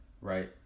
Right